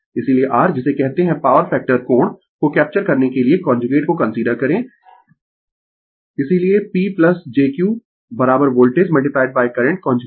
इसीलिये r जिसे कहते है पॉवर फैक्टर कोण को कैप्चर करने के लिए कांजुगेट को कंसीडर करें इसीलिये P jQ voltage current conjugate